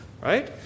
Right